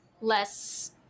less